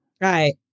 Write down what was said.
right